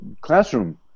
classroom